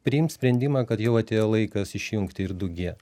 priims sprendimą kad jau atėjo laikas išjungti ir du gie